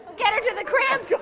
get her to the crib!